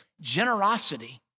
generosity